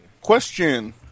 Question